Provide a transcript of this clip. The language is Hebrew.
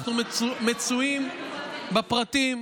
אנחנו מצויים בפרטים.